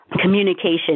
communication